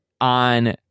on